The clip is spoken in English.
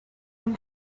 them